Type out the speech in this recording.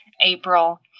April